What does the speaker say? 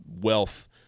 wealth